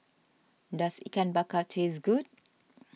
does Ikan Bakar taste good